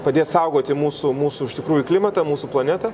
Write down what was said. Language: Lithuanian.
padės saugoti mūsų mūsų iš tikrųjų klimatą mūsų planetą